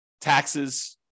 taxes